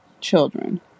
children